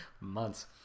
months